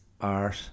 art